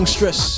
stress